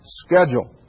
schedule